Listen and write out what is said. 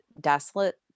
desolate